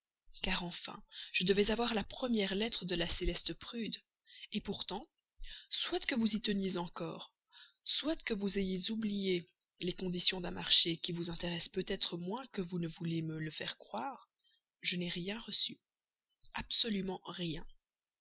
car enfin je devais avoir la première lettre de la céleste prude pourtant soit que vous y teniez encore soit que vous ayez oublié les conditions d'un marché qui vous intéresse peut-être moins que vous ne voulez me le faire croire je n'ai rien reçu absolument rien